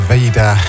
Veda